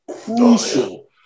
Crucial